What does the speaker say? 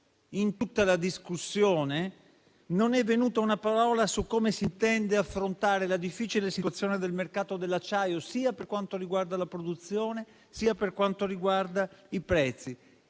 in tutta la discussione, non è venuta una parola su come si intende affrontare la difficile situazione del mercato dell'acciaio, sia per quanto riguarda la produzione, sia per quanto riguarda i prezzi.